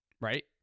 right